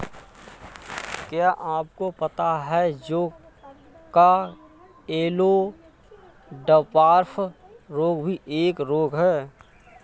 क्या आपको पता है जौ का येल्लो डवार्फ रोग भी एक रोग है?